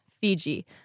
Fiji